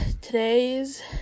today's